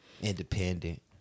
independent